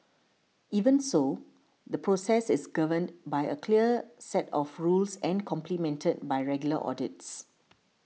even so the process is governed by a clear set of rules and complemented by regular audits